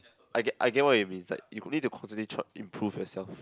I get I get what you mean it's like you need to constantly try improve yourself